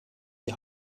die